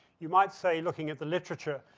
you might say looking at the literature,